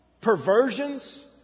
perversions